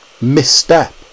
misstep